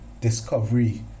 discovery